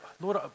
Lord